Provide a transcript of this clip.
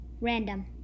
Random